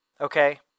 okay